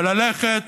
וללכת